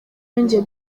yongeye